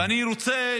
ואני רוצה